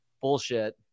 Bullshit